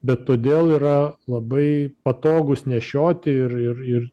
bet todėl yra labai patogus nešioti ir ir ir